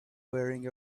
wearing